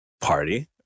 party